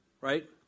Right